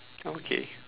okay